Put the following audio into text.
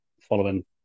following